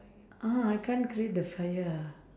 ah I can't create the fire ah